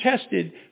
tested